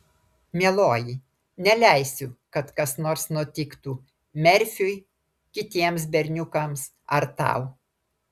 mieloji neleisiu kad kas nors nutiktų merfiui kitiems berniukams ar tau